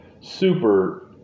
super